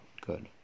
good